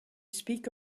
speak